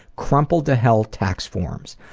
crumpled to hell tax forms.